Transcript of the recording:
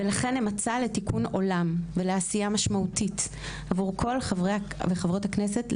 ולכן הם מצע לתיקון עולם ולעשייה משמעותית עבור כל חברי וחברות הכנסת,